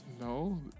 No